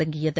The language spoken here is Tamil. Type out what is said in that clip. தொடங்கியது